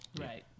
Right